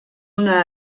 una